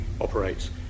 operates